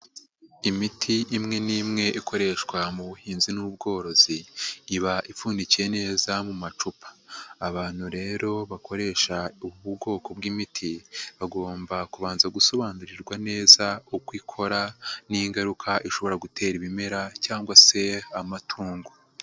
Imiti imwe n'imwe ikoreshwa mu buhinzi n'ubworozi, iba ipfundikiye neza mu macupa, abantu rero bakoresha ubu bwoko bw'imiti, bagomba kubanza gusobanurirwa neza uko ikora n'ingaruka ishobora gutera ibimera cyangwa se amatungo.